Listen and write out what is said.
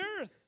earth